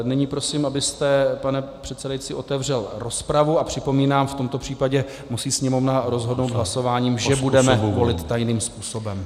Nyní prosím, abyste, pane předsedající, otevřel rozpravu, a připomínám, v tomto případě musí Sněmovna rozhodnout hlasováním, že budeme volit tajným způsobem.